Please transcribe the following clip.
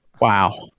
Wow